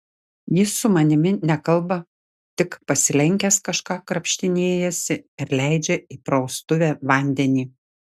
jis su manimi nekalba tik pasilenkęs kažką krapštinėjasi ir leidžia į praustuvę vandenį